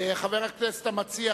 חבר הכנסת המציע,